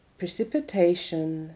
Precipitation